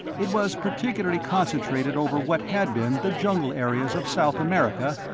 it was particularly concentrated over what had been the jungle areas of south america,